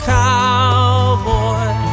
cowboy